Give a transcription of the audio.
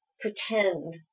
pretend